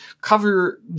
cover